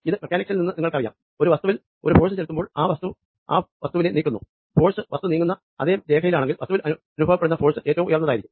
ഇത് മെക്കാനിക്സിൽ നിന്ന് നിങ്ങൾക്കറിയാം ഞാൻ ഒരു വസ്തു വില ഒരു ഫോഴ്സ് ചെലുത്തുമ്പോൾ ആ ഫോഴ്സ് വസ്തുവിനെ നീക്കുന്നു ഫോഴ്സ് വസ്തു നീങ്ങുന്ന അതെ രേഖയിലാണെങ്കിൽ വസ്തുവിൽ അനുഭവപ്പെടുന്ന ഫോഴ്സ് ഏറ്റവും ഉയർന്നതായിരിക്കും